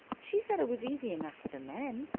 she said it was easy enough for the men.